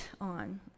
on